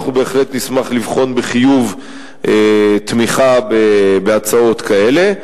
אנחנו בהחלט נשמח לבחון בחיוב תמיכה בהצעות כאלה.